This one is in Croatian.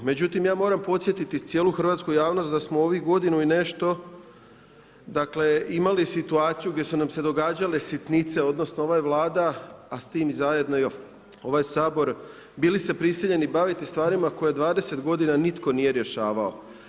Međutim, ja moram podsjetiti cijelu Hrvatsku javnost da smo u ovih godinu i nešto dakle imali situaciju gdje su nam se događale sitnice, odnosno ova je Vlada a s time zajedno i ovaj Sabor bili se prisiljeni baviti stvarima koje 20 godina nitko nije rješavao.